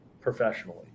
professionally